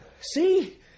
see